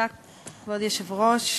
כבוד היושב-ראש,